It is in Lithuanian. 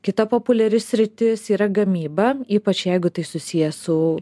kita populiari sritis yra gamyba ypač jeigu tai susiję su